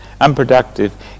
unproductive